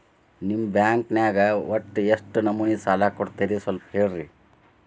ನಿಮ್ಮ ಬ್ಯಾಂಕ್ ನ್ಯಾಗ ಒಟ್ಟ ಎಷ್ಟು ನಮೂನಿ ಸಾಲ ಕೊಡ್ತೇರಿ ಸ್ವಲ್ಪ ಹೇಳ್ರಿ